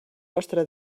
vostre